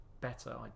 better